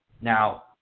Now